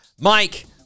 mike